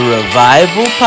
Revival